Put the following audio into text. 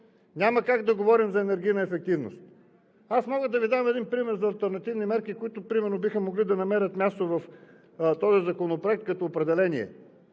няма как да говорим за енергийна ефективност? Мога да Ви дам един пример за алтернативни мерки, които например биха могли да намерят място в този законопроект като определение.